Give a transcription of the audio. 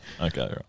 Okay